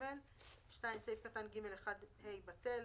ו-(ג1ג)"; (2)סעיף קטן (ג1ה) בטל,